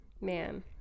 Man